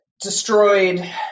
destroyed